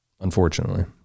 unfortunately